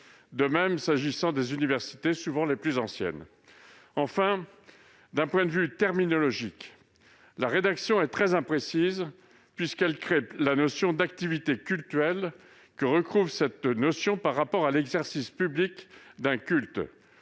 de même s'agissant des universités, où elles sont souvent plus anciennes. Par ailleurs, d'un point de vue terminologique, la rédaction est très imprécise, puisqu'elle crée la notion d'« activité cultuelle ». Que recouvre cette notion par rapport à l'« exercice public d'un culte